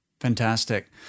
Fantastic